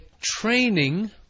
training